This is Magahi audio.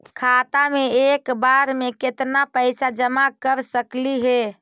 खाता मे एक बार मे केत्ना पैसा जमा कर सकली हे?